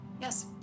Yes